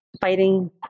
fighting